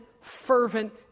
fervent